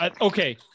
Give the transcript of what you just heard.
okay